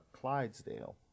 Clydesdale